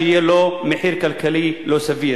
שיהיה לו מחיר כלכלי לא סביר.